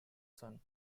son